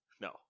no